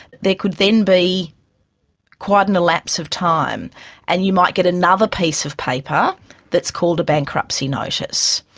there could then be quite an elapse of time and you might get another piece of paper that's called a bankruptcy notice.